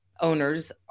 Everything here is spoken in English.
owners